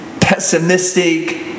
pessimistic